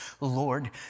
Lord